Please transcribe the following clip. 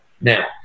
Now